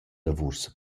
lavuors